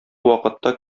вакытта